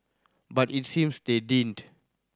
but it seems they didn't